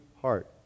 heart